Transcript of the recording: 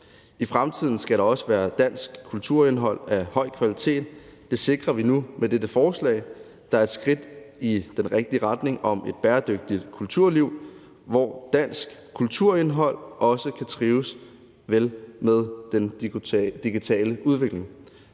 I fremtiden skal der også være dansk kulturindhold af høj kvalitet. Det sikrer vi nu med dette forslag, der er et skridt i den rigtige retning mod et bæredygtigt kulturliv, hvor dansk kulturindhold også kan trives vel med den digitale udvikling.